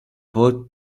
port